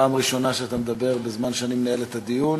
פעם ראשונה שאתה מדבר בזמן שאני מנהל את הדיון,